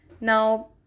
Now